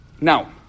Now